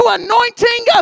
anointing